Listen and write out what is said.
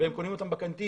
והם קונים אותם בקנטינה.